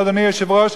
אדוני היושב-ראש.